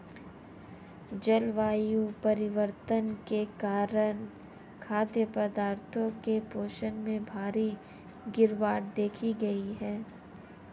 जलवायु परिवर्तन के कारण खाद्य पदार्थों के पोषण में भारी गिरवाट देखी गयी है